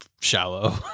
shallow